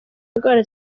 indwara